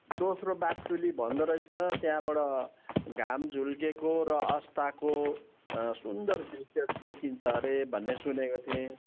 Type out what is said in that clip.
दोस्रो बाग्चुली भन्दो रहेछ र त्यहाँबाट घाम झुल्केको र अस्ताको सुन्दर दृश्यहरू देखिन्छ अरे भन्ने सुनेको थिएँ